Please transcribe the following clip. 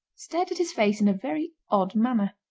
stared at his face in a very odd manner.